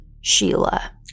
Sheila